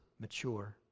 mature